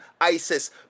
ISIS